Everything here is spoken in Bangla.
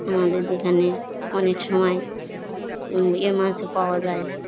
আমাদের এখানে অনেক সময় ইয়ে মাছও পাওয়া যায়